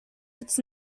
its